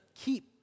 keep